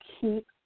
keep